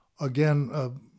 again